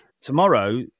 Tomorrow